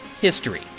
history